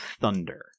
thunder